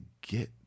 get